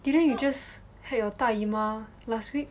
didn't you just had your 大姨妈 last week